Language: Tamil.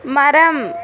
மரம்